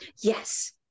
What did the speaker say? Yes